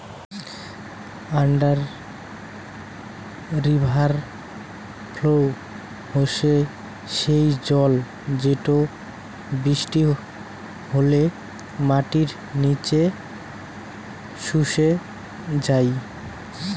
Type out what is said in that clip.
under river flow হসে সেই জল যেটো বৃষ্টি হলে মাটির নিচে শুষে যাই